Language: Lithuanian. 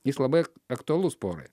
jis labai aktualus porai